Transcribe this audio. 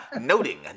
noting